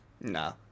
No